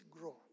grow